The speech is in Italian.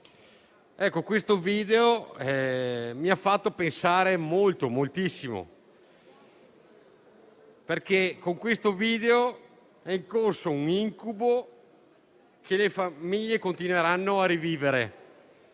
che mi ha fatto pensare molto, moltissimo, perché con esso si incorre in un incubo che le famiglie continueranno a rivivere.